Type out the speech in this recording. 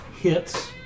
Hits